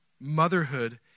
motherhood